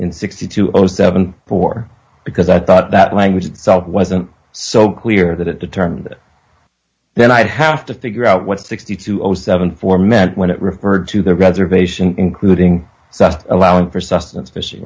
in sixty two or seven for because i thought that language itself wasn't so clear that it determined then i'd have to figure out what's the seven for men when it referred to the reservation including allowing for sustenance fish